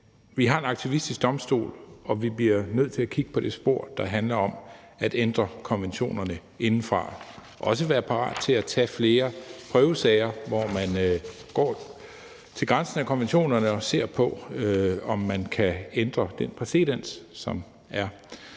vi har en aktivistisk domstol, og vi bliver nødt til at kigge på det spor, der handler om at ændre konventionerne indefra, og også være parat til at tage flere prøvesager, hvor man går til grænsen af konventionerne og ser på, om man kan ændre den præcedens, der er